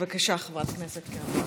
בבקשה, חברת הכנסת קרן ברק.